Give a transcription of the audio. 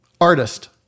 artist